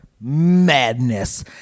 madness